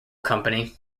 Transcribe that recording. company